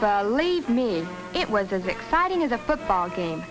to leave me it was as exciting as a football game